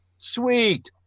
Sweet